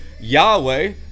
Yahweh